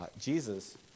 Jesus